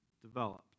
developed